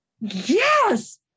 yes